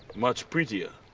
much prettier!